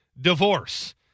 divorce